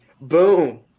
Boom